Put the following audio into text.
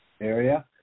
area